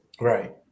Right